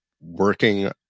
working